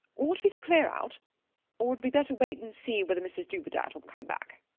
ought we to clear out or had we better wait and see whether mrs dubedat will come back?